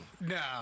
No